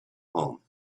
home